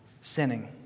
sinning